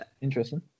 interesting